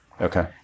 Okay